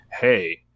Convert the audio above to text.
hey